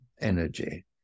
energy